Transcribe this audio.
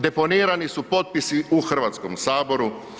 Deponirani su potpisi u Hrvatskome saboru.